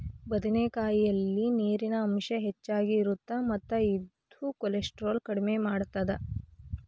ಬದನೆಕಾಯಲ್ಲಿ ನೇರಿನ ಅಂಶ ಹೆಚ್ಚಗಿ ಇರುತ್ತ ಮತ್ತ ಇದು ಕೋಲೆಸ್ಟ್ರಾಲ್ ಕಡಿಮಿ ಮಾಡತ್ತದ